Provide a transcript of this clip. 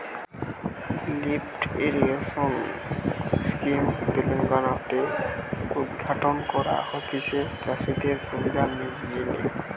lift irrigation scheme Telangana তে উদ্ঘাটন করা হতিছে চাষিদের সুবিধার জিনে